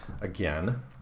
again